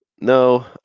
No